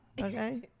okay